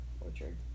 orchard